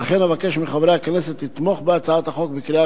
ולכן אבקש מחברי הכנסת לתמוך בהצעת החוק בקריאה